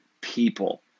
people